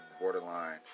borderline